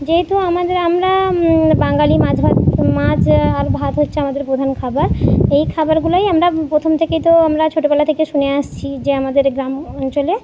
যেহেতু আমাদের আমরা বাঙ্গালি মাছ ভাত মাছ আর ভাত হচ্ছে আমাদের প্রধান খাবার এই খাবারগুলোই আমরা প্রথম থেকে তো আমরা ছোটোবেলা থেকে শুনে আসছি যে আমাদের গ্রাম অঞ্চলে